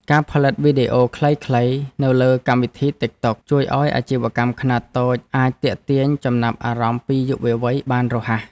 ការផលិតវីដេអូខ្លីៗនៅលើកម្មវិធីទិកតុកជួយឱ្យអាជីវកម្មខ្នាតតូចអាចទាក់ទាញចំណាប់អារម្មណ៍ពីយុវវ័យបានរហ័ស។